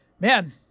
Man